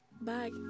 bye